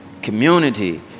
Community